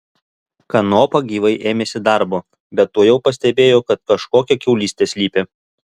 kanopa gyvai ėmėsi darbo bet tuojau pastebėjo kad kažkokia kiaulystė slypi